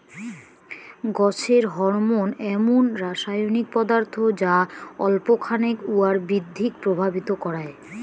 গছের হরমোন এমুন রাসায়নিক পদার্থ যা অল্প খানেক উয়ার বৃদ্ধিক প্রভাবিত করায়